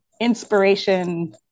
inspiration